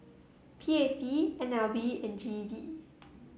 P A P N L B and G E D